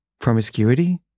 promiscuity